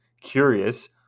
Curious